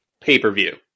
pay-per-view